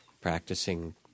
practicing